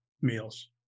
meals